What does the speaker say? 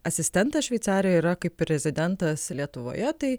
asistentas šveicarijoje yra kaip rezidentas lietuvoje tai